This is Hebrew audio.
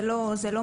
זה לא מעשי.